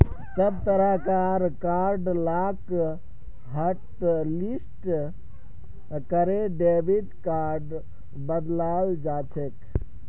सब तरह कार कार्ड लाक हाटलिस्ट करे डेबिट कार्डत बदलाल जाछेक